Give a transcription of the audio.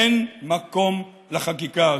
אין מקום לחקיקה הזאת.